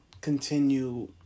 continue